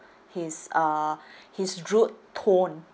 his uh his rude tone